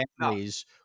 families